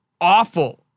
awful